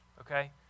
okay